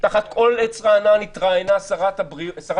תחת כל עץ רענן התראיינה שרת התיירות